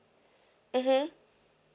mmhmm